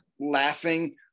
laughing